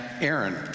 Aaron